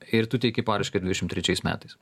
ir tu teiki paraišką dvidešimt trečiais metais